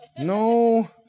no